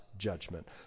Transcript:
judgment